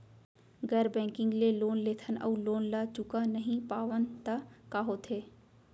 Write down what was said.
गैर बैंकिंग ले लोन लेथन अऊ लोन ल चुका नहीं पावन त का होथे?